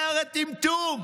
זה הרי טמטום.